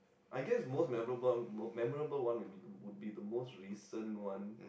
I guess most memorable memorable one memorable one would be the most recent one